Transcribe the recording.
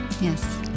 Yes